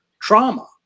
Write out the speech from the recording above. trauma